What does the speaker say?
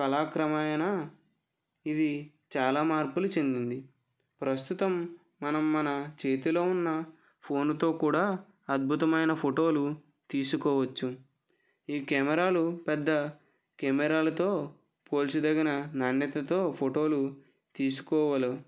కాలాక్రమేణా ఇది చాలా మార్పులు చెందింది ప్రస్తుతం మనం మన చేతిలో ఉన్న ఫోన్తో కూడా అద్భుతమైన ఫోటోలు తీసుకోవచ్చు ఈ కెమెరాలు పెద్ద కెమెరాలతో పోల్చదగిన నాణ్యతతో ఫోటోలు తీసుకోగలవు